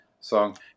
song